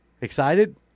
Excited